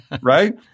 right